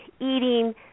eating